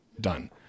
done